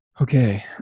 Okay